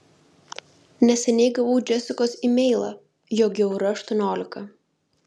neseniai gavau džesikos emailą jog jau yra aštuoniolika